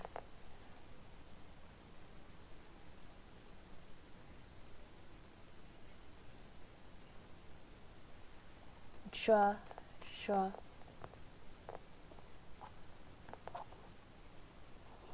sure sure